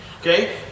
Okay